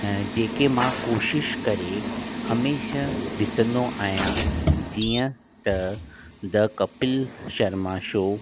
अ जेके मां कोशिशि करे हमेशा ॾिसंदो आहियां जीअं त द कपिल शर्मा शो